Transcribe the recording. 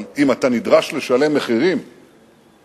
אבל אם אתה נדרש לשלם מחירים אין-סופיים